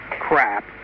crap